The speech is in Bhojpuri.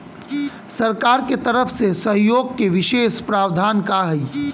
सरकार के तरफ से सहयोग के विशेष प्रावधान का हई?